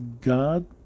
God